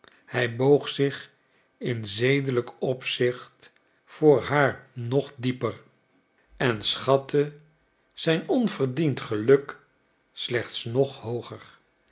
hij boog zich in zedelijk opzicht voor haar nog dieper en schatte zijn overdiend geluk slechts nog hooger